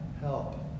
help